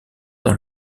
dans